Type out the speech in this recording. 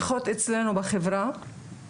לפחות אצלנו בחברה,